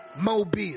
Mobile